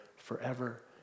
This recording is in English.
forever